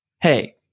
hey